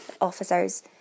officers